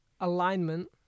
alignment